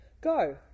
Go